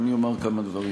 אני אומר כמה דברים.